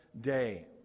day